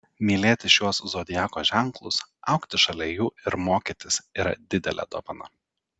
mylėti šiuos zodiako ženklus augti šalia jų ir mokytis yra didelė dovana